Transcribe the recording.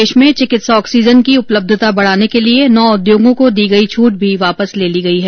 देश में चिकित्सा ऑक्सीजन की उपलब्धता बढ़ाने के लिए नौ उद्योगों को दी गई छूट भी वापस ले ली गई है